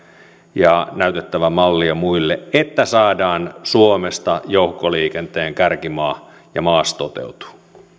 ja näytettävä mallia muille jotta saadaan suomesta joukkoliikenteen kärkimaa ja maas toteutuu